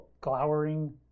glowering